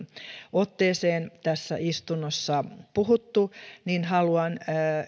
otteeseen tässä istunnossa puhuttu niin haluan